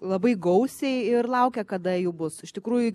labai gausiai ir laukia kada jų bus iš tikrųjų